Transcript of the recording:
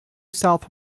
south